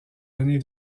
années